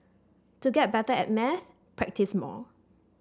to get better at maths practise more